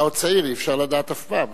אי-אפשר לדעת אף פעם.